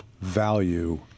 value